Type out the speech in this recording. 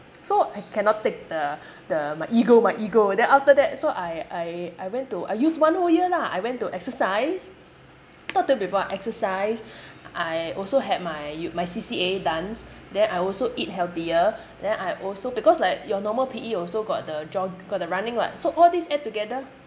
so I cannot take the the my ego my ego then after that so I I I went to I use one whole year lah I went to exercise thought I told you before exercise I also had my my C_C_A dance then I also eat healthier then I also because like your normal P_E also got the jog got the running [what] so all these add together